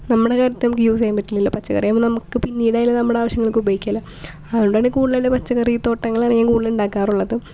നമ്മളുടെ കാര്യത്തിന് നമുക്ക് യൂസ് ചെയ്യാൻ പറ്റില്ലല്ലോ പച്ചക്കറിയാകുമ്പോൾ നമുക്ക് പിന്നീടാണെങ്കിലും നമ്മുടെ ആവിശ്യങ്ങൾക്ക് ഉപയോഗിക്കാമല്ലോ അതുകൊണ്ടാണ് കൂടുതൽ തന്നെ പച്ചക്കറിത്തോട്ടങ്ങള് ആണെങ്കിലും കൂടുതലുണ്ടാക്കാറ്